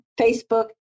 Facebook